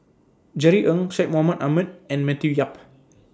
Jerry Ng Syed Mohamed Ahmed and Matthew Yap